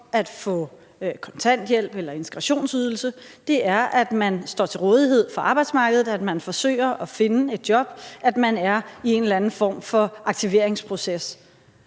at få kontanthjælp eller integrationsydelse er, at man står til rådighed for arbejdsmarkedet, at man forsøger at finde et job, at man er i en eller anden form for aktiveringsproces.